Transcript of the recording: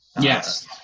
Yes